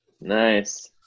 Nice